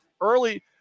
Early